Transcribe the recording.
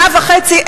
שנה וחצי,